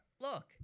look